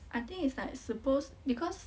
I think it's like suppose because